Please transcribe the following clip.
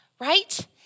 Right